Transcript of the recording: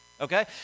Okay